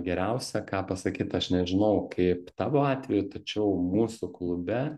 geriausia ką pasakyt aš nežinau kaip tavo atveju tačiau mūsų klube